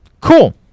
Cool